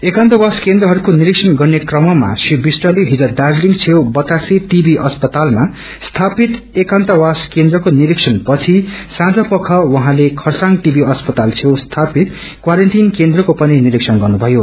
एक्रान्तवास केन्द्रहरूको निरीक्षण गत्रे क्रममा श्री विष्टले हिज दार्जीलिङ क्षेउ बतासे टिबी अस्पतालमासीतप एकान्तवास केन्द्रको निरीक्षण पछि सांझ पख उझँले खरसाङ टिबी अस्पाताल छेउ स्थापित क्वारेन्टाईन केन्द्रको पनि निरीक्षण गर्नुथयो